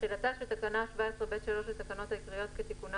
תחילתה של תקנה 17(ב3) לתקנות העיקריות כתיקונה